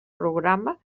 programa